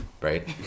Right